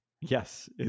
Yes